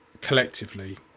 collectively